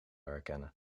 herkennen